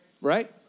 Right